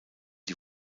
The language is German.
die